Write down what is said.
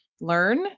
learn